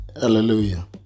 hallelujah